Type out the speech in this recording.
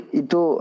itu